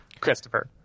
christopher